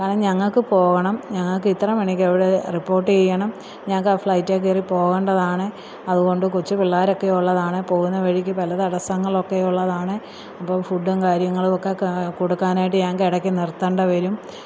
കാരണം ഞങ്ങൾക്ക് പോകണം ഞങ്ങൾക്ക് ഇത്ര മണിക്ക് അവിടെ റിപ്പോട്ട് ചെയ്യണം ഞങ്ങൾക്ക് ആ ഫ്ലൈറ്റേ കയറി പോകേണ്ടതാണ് അതുകൊണ്ട് കൊച്ച് പില്ലേർ ഒക്കെ ഉള്ളതാണ് പോവുന്ന വഴിക്ക് പല തടസ്സങ്ങളൊക്കെയുള്ളതാണ് അപ്പോൾ ഫുഡ്ഡും കാര്യങ്ങളും ഒക്കെ കൊടുക്കാനായിട്ട് ഞങ്ങൾക്ക് ഇടയ്ക്ക് നിര്ത്തേണ്ട വരും